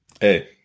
Hey